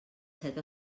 set